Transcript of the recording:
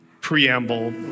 preamble